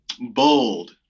Bold